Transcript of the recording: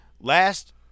last